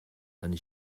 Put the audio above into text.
and